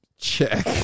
check